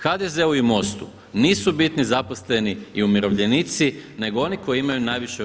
HDZ-u i MOST-u nisu bitni zaposleni i umirovljenici, nego oni koji imaju najviše u RH.